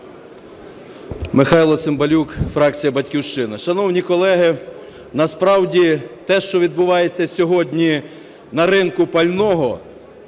Михайло Цимбалюк, фракція "Батьківщина". Шановні колеги, насправді те, що відбувається сьогодні на ринку пального